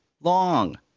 long